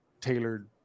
tailored